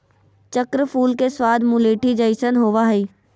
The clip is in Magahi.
चक्र फूल के स्वाद मुलैठी जइसन होबा हइ